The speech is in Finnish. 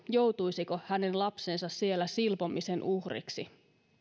joutuisiko hänen lapsensa siellä silpomisen uhriksi